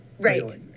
right